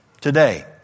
today